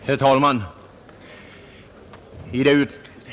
Herr talman!